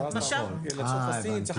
הבנתי.